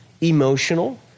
emotional